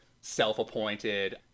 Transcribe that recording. self-appointed